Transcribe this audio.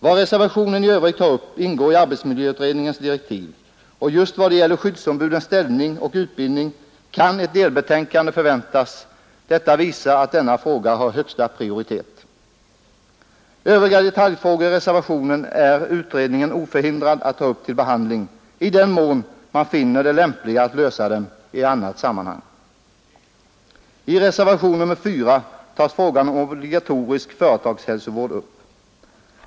Vad reservationen i övrigt tar upp ingår enligt direktiven i arbetsmiljöutredningens uppgifter, och just när det gäller skyddsombudens ställning och utbildning kan ett delbetänkande förväntas. Detta visar att denna fråga har högsta prioritet. Övriga detaljfrågor i reservationen är utredningen oförhindrad att ta upp till behandling i den mån man inte finner det lämpligare att lösa dem i annat sammanhang. I reservationen 4 tas frågan om obligatorisk företagshälsovård upp.